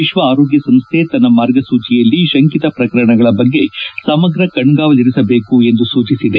ವಿಷ್ಣ ಆರೋಗ್ಯ ಸಂಸ್ಥೆ ತನ್ನ ಮಾರ್ಗಸೂಚಿಯಲ್ಲಿ ಶಂಕಿತ ಪ್ರಕರಣಗಳ ಬಗ್ಗೆ ಸಮಗ್ರ ಕಣ್ಗಾವಲಿರಿಸಬೇಕು ಎಂದು ಸೂಚಿಸಿದೆ